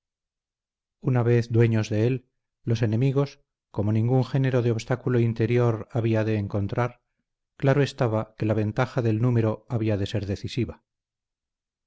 una vez dueños de él los enemigos como ningún género de obstáculo interior habían de encontrar claro estaba que la ventaja del número había de ser decisiva